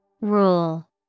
Rule